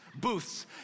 Booths